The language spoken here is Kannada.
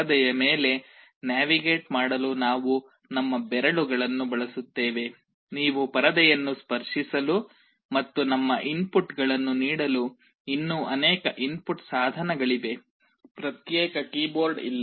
ಪರದೆಯ ಮೇಲೆ ನ್ಯಾವಿಗೇಟ್ ಮಾಡಲು ನಾವು ನಮ್ಮ ಬೆರಳುಗಳನ್ನು ಬಳಸುತ್ತೇವೆ ನೀವು ಪರದೆಯನ್ನು ಸ್ಪರ್ಶಿಸಲು ಮತ್ತು ನಮ್ಮ ಇನ್ಪುಟ್ ಗಳನ್ನು ನೀಡಲು ಇನ್ನೂ ಅನೇಕ ಇನ್ಪುಟ್ ಸಾಧನಗಳಿವೆ ಪ್ರತ್ಯೇಕ ಕೀಬೋರ್ಡ್ ಇಲ್ಲ